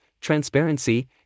transparency